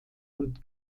und